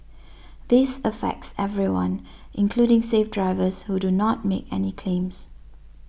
this affects everyone including safe drivers who do not make any claims